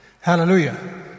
Hallelujah